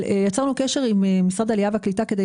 יצרנו קשר עם משרד העלייה והקליטה כדי